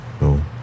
No